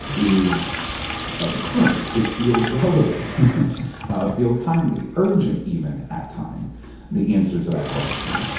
is ah current. it feels relevant. it feels timely urgent, even, at times the answer to that question.